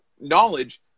knowledge